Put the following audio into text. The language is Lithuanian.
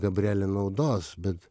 gabrielė naudos bet